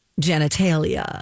Genitalia